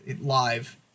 live